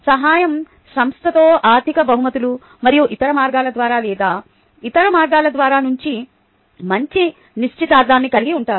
సహాయం సంస్థతో ఆర్థిక బహుమతులు మరియు ఇతర మార్గాల ద్వారా లేదా ఇతర మార్గాల ద్వారా మంచి నిశ్చితార్థాన్ని కలిగి ఉంటుంది